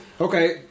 okay